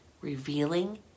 revealing